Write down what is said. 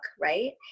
right